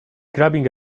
grabbing